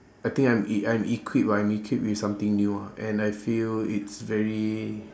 I think I'm e~ I'm equip ah I'm equip with something new ah and I feel it's very